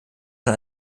von